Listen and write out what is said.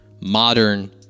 modern